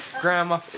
Grandma